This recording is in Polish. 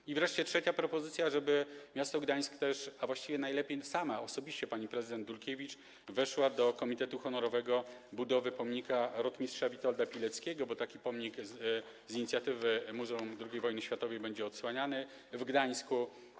I wreszcie trzecia propozycja, żeby miasto Gdańsk, a najlepiej osobiście pani prezydent Dulkiewicz, weszło do Komitetu Honorowego Budowy Pomnika Rotmistrza Witolda Pileckiego, bo taki pomnik z inicjatywy Muzeum II Wojny Światowej będzie odsłaniany w Gdańsku.